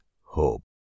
hope